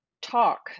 talk